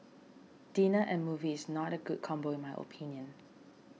dinner and movie is not a good combo in my opinion